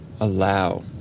allow